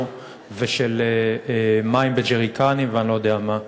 ושל מים בג'ריקנים ואני לא יודע מה.